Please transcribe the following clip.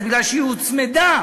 זה בגלל שהיא הוצמדה